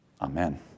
Amen